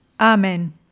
Amen